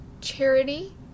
charity